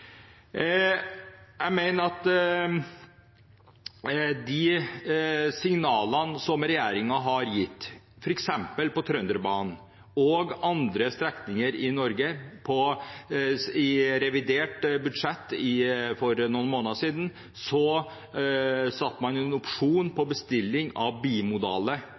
de signalene som regjeringen har gitt, f.eks. om Trønderbanen og andre strekninger i Norge: I revidert budsjett for noen måneder siden var det en opsjon på bestilling av bimodale